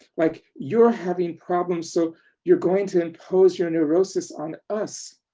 like you're having problems so you're going to impose your neurosis on us.